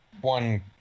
One